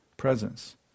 presence